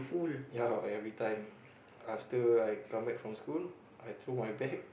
ya every time after I come back from school I throw my bag